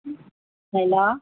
hello